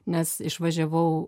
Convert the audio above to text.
nes išvažiavau